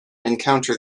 encounter